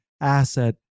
asset